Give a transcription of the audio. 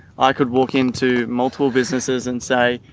i could walk into multiple businesses and say,